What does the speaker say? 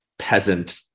peasant